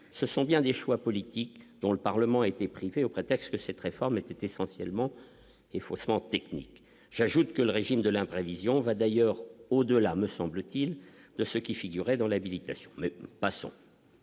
ce sont bien des choix politiques dont le Parlement a été privé au prétexte que cette réforme est essentiellement et faussement techniques, j'ajoute que le régime de l'imprévision va d'ailleurs au-delà me semble-t-il de ce qui figurait dans l'habilitation mais passons,